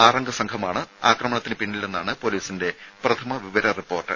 ആറംഗ സംഘമാണ് ആക്രമണത്തിന് പിന്നിലെന്നാണ് പൊലീസിന്റെ പ്രഥമ വിവര റിപ്പോർട്ട്